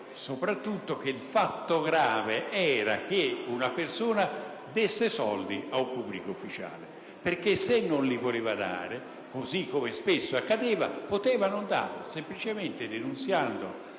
soprattutto che il fatto grave era che una persona desse soldi a un pubblico ufficiale. Infatti, se non li voleva dare, così come spesso accadeva, poteva non darli semplicemente sporgendo